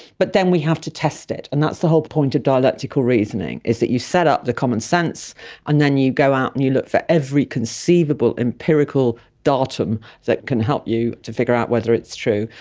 but then we have to test it, and that's the whole point of dialectical reasoning, is that you set up the common sense and then you go out and you look for every conceivable empirical datum that can help you to figure out whether it's true.